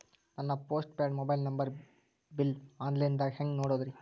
ನನ್ನ postpaid mobile number bill, online ದಾಗ ಹ್ಯಾಂಗ್ ನೋಡೋದ್ರಿ?